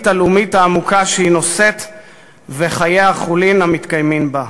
הלאומית העמוקה שהיא נושאת וחיי החולין המתקיימים בה: